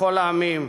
לכל העמים.